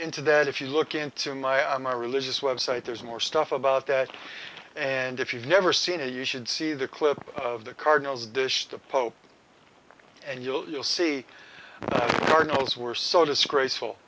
into that if you look into my on my religious website there's more stuff about that and if you've never seen it you should see the clip of the cardinals dish the pope and you'll you'll see cardinals were so disgraceful